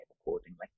accordingly